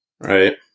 Right